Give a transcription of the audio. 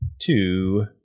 two